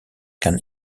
can